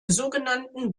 sogenannten